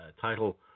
title